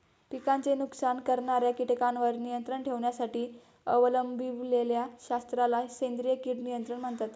पिकांचे नुकसान करणाऱ्या कीटकांवर नियंत्रण ठेवण्यासाठी अवलंबिलेल्या शास्त्राला सेंद्रिय कीड नियंत्रण म्हणतात